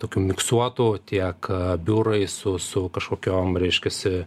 tokių miksuotų tiek biurai su su kažkokiom reiškiasi